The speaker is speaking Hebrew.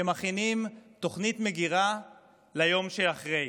שמכינים תוכנית מגרה ליום שאחרי,